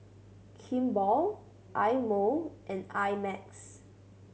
Kimball Eye Mo and I Max